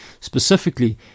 specifically